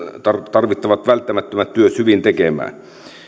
tarvittavat välttämättömät työt hyvin tekemään